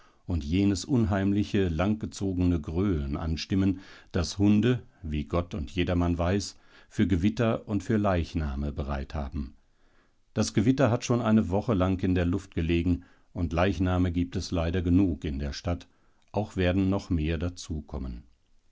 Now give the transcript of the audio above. und jenes unheimliche langgezogene gröhlen anstimmen das hunde wie gott und jedermann weiß für gewitter und für leichname bereit haben das gewitter hat schon eine woche lang in der luft gelegen und leichname gibt es leider genug in der stadt auch werden noch mehr dazu kommen